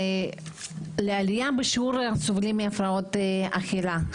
לעלייה בשיעור הסובלים מהפרעות אכילה,